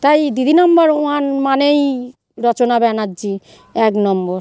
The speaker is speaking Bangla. তাই দিদি নাম্বার ওয়ান মানেই রচনা ব্যানার্জী এক নম্বর